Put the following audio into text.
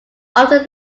often